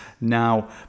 Now